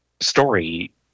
story